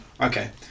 okay